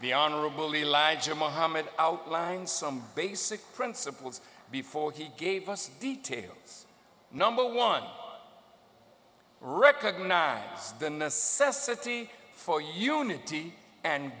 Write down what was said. the honorable elijah muhammad outlined some basic principles before he gave us details number one recognize the necessity for unity and